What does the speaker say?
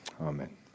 Amen